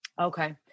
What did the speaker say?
Okay